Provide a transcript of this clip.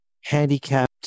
handicapped